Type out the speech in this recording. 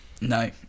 No